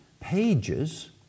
pages